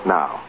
now